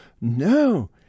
No